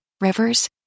rivers